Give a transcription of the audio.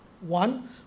one